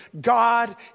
God